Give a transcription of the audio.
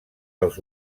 als